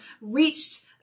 reached